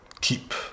keep